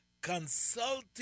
Consulting